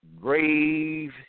grave